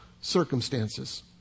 circumstances